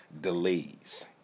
delays